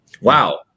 Wow